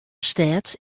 stêd